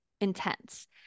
intense